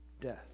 death